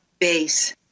base